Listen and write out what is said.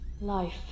Life